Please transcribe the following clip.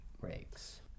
breaks